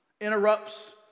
interrupts